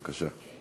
בבקשה.